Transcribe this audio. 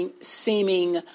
seeming